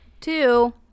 two